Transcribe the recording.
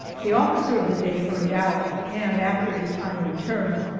the officer of the day hurried out, and after a time returned,